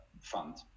fund